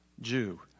Jew